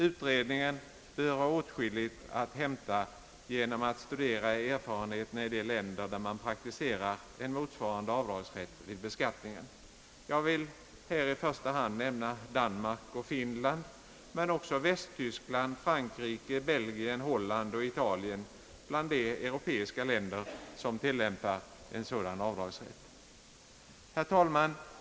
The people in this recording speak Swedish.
Utredningen bör ha åtskilligt att hämta genom att studera erfarenheterna i de länder, där man praktiserar en motsvarande avdragsrätt vid beskattningen. Jag vill därvid i första hand nämna Danmark och Finland, men också Västtyskland, Frankrike, Belgien, Holland och Italien är bland de europeiska länder som tillämpar en sådan avdragsrätt. Herr talman!